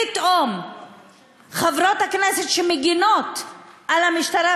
פתאום חברות הכנסת שמגינות על המשטרה